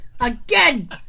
again